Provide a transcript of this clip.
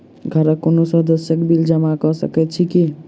घरक कोनो सदस्यक बिल जमा कऽ सकैत छी की?